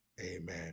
amen